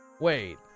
Wait